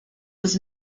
was